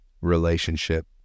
relationship